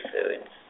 Foods